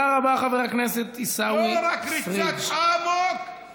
לא רק ריצת אמוק על עיוור.